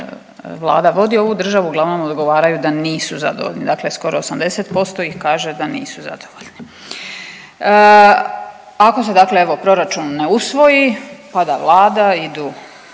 Vlada vodi ovu državu, uglavnom odgovaraju da nisu zadovoljni dakle skoro 80% ih kaže da nisu zadovoljni. Ako se dakle proračun ne usvoji pada Vlada, ide